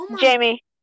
Jamie